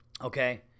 Okay